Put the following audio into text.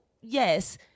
yes